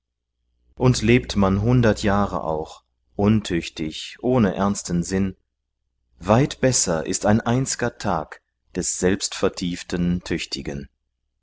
und lebt man hundert jahre auch untüchtig ohne ernsten sinn weit besser ist ein einz'ger tag des selbstvertieften tüchtigen